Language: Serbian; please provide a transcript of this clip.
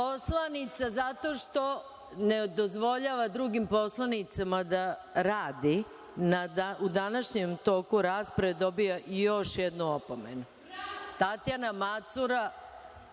poslanica, zato što ne dozvoljava drugim poslanicima da rade u današnjem toku rasprave, dobija još jednu opomenu. Tatjana Macura